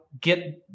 get